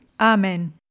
Amen